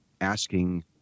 asking